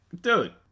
dude